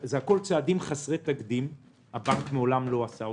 צעדים חסרי תקדים שהבנק מעולם לא עשה אותם.